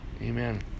Amen